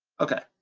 okay.